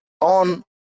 on